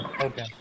Okay